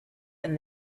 and